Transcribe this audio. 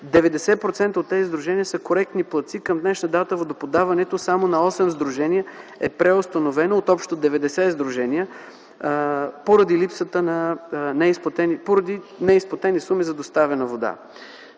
90% от които са коректни платци. Към днешна дата водоподаването само на 8 сдружения е преустановено от общо 90 сдружения поради неизплатени суми за доставена вода.